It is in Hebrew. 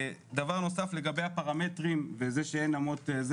דבר נוסף לגבי הפרמטרים וזה שאין אמות מידה.